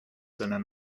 sondern